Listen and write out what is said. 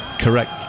correct